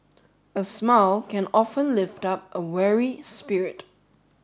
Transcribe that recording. a smile can often lift up a weary spirit